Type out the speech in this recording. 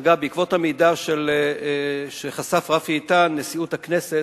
אגב, בעקבות המידע שחשף רפי איתן, נשיאות הכנסת,